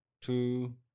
two